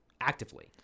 Actively